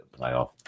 playoff